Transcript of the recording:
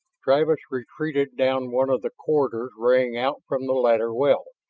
travis retreated down one of the corridors raying out from the ladder well.